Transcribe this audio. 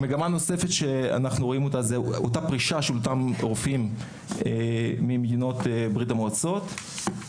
מגמה נוספת שאנחנו רואים היא הפרישה של רופאים ממדינות ברית המועצות.